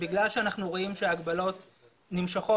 בגלל שאנחנו רואים שההגבלות נמשכות,